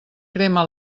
crema